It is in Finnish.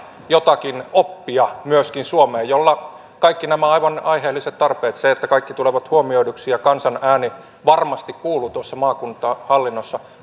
myöskin meille suomeen jotakin oppia jolla kaikki nämä aivan aiheelliset tarpeet huomioidaan se että kaikki tulevat huomioiduiksi ja kansan ääni varmasti kuuluu tuossa maakuntahallinnossa